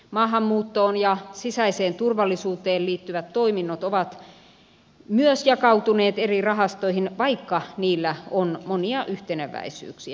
maahanmuuttoon ja sisäiseen turvallisuuteen liittyvät toiminnot ovat myös jakautuneet eri rahastoihin vaikka niillä on monia yhteneväisyyksiä